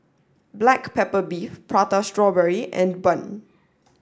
Black Pepper Beef Prata Strawberry and Bun